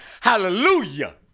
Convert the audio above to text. Hallelujah